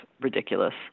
ridiculous